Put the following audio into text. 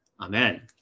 Amen